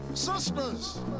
sisters